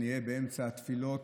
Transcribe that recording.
נהיה באמצע תפילות